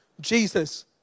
Jesus